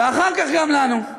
ואחר כך גם לנו.